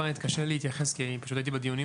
אני אתקשה קצת להתייחס כי הייתי בדיונים